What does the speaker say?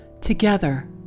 Together